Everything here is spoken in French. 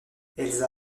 elsa